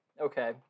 Okay